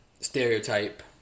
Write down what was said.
stereotype